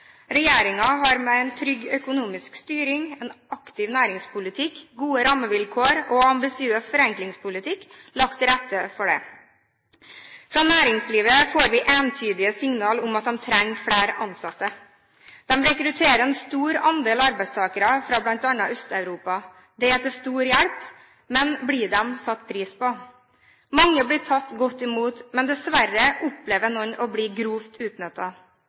har med en trygg økonomisk styring, en aktiv næringspolitikk, gode rammevilkår og en ambisiøs forenklingspolitikk lagt til rette for dette. Fra næringslivet får vi entydige signaler om at de trenger flere ansatte. De rekrutterer en stor andel arbeidstakere fra bl.a. Øst-Europa. De er til stor hjelp. Men blir de satt pris på? Mange blir tatt godt imot, men dessverre opplever noen å bli grovt